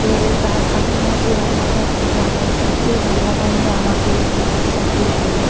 এবারে তার কাকিমা যে রান্নাটা জানে সেই রান্নাটা নিয়ে আমাকে আমার সঙ্গে বলল